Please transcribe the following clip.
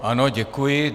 Ano, děkuji.